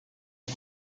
aux